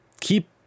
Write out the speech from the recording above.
keep